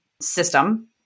system